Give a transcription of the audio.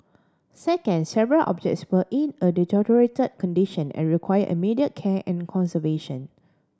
second several objects were in a deteriorate condition and require immediate care and conservation